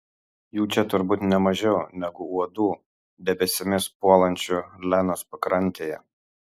jų čia turbūt ne mažiau negu uodų debesimis puolančių lenos pakrantėje